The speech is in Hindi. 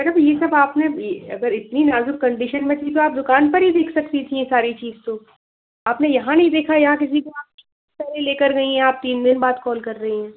मैडम यह सब आपने अगर इतनी नाज़ुक कन्डिशन में थी तो आप दुकान पर ही देख सकती थी यह सारी चीज़ तो आप ने यहाँ नहीं देखा या किसी को आप लेकर गई हैं आप तीन दिन बाद कॉल कर रही हैं